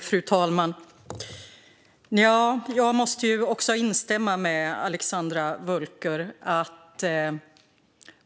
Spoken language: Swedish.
Fru talman! Jag måste instämma med Alexandra Völker.